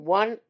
one